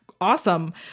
awesome